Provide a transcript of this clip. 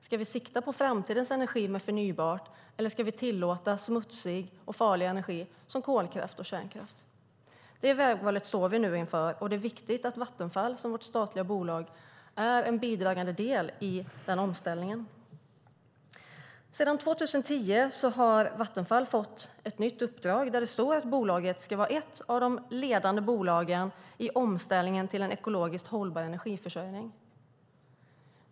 Ska vi sikta på framtidens energi med förnybart eller ska vi tillåta smutsig och farlig energi som kolkraft och kärnkraft? Det vägvalet står vi nu inför, och det är viktigt att Vattenfall, som vårt statliga bolag, är en bidragande del i den omställningen. Sedan 2010 har Vattenfall ett nytt uppdrag där det står att bolaget ska vara ett av de ledande bolagen i omställningen till en ekologiskt hållbar energiförsörjning.